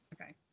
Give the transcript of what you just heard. Okay